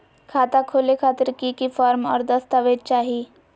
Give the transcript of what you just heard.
खाता खोले खातिर की की फॉर्म और दस्तावेज चाही?